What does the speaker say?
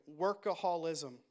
workaholism